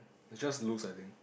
just lose I think